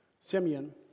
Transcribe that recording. Simeon